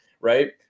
right